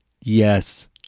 Yes